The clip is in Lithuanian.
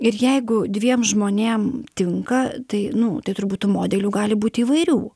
ir jeigu dviem žmonėm tinka tai nu tai turbūt tų modelių gali būti įvairių